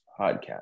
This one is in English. Podcast